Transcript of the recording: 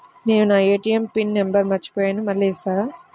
నేను నా ATM pin number మర్చిపోయాను మళ్ళీ ఇస్తారా?